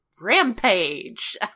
Rampage